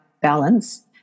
balance